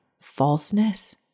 falseness